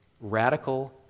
Radical